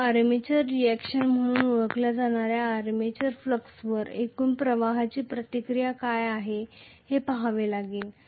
तर armature reaction म्हणून ओळखल्या जाणार्या आर्मेचर फ्लक्सवर एकूण प्रवाहाची प्रतिक्रिया काय आहे हे पहावे लागेल